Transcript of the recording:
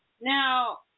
Now